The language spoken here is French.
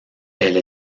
elle